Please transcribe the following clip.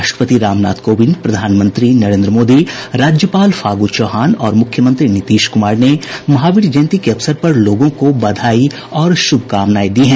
राष्ट्रपति रामनाथ कोविंद प्रधानमंत्री नरेन्द्र मोदी राज्यपाल फागू चौहान और मुख्यमंत्री नीतीश कुमार ने महावीर जयंती के अवसर पर लोगों को बधाई और शुभकामनाएं दी हैं